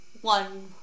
one